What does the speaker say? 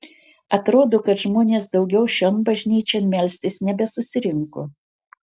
atrodo kad žmonės daugiau šion bažnyčion melstis nebesusirinko